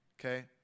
okay